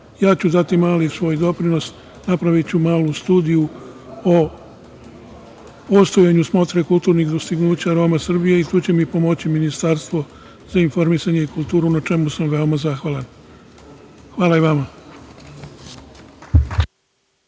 ću dati mali svoj doprinos, napraviću malu studiju o ostajanju Smotre kulturnih dostignuća Roma Srbije i tu će mi pomoći Ministarstvo za informisanje i kulturu, na čemu sam veoma zahvalan. Hvala i vama.